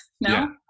no